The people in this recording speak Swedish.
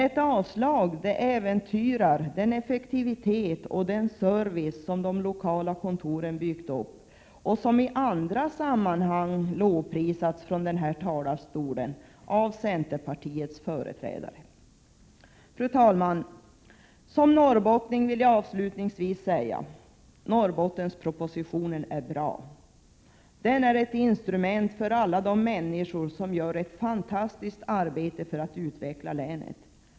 Ett avslag äventyrar den effektivitet och service som de lokala kontoren byggt upp och som i andra sammanhang lovprisats från denna talarstol av centerpartiets företrädare. Fru talman! Som norrbottning vill jag avslutningsvis säga: Norrbottenspropositionen är bra, den är ett instrument för alla de människor som gör ett fantastiskt arbete för att utveckla länet.